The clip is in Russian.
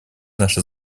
наша